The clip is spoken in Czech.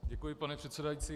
Děkuji, pane předsedající.